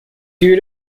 due